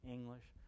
English